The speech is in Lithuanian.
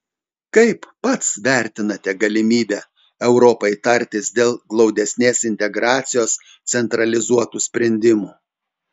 kaip pats vertinate galimybę europai tartis dėl glaudesnės integracijos centralizuotų sprendimų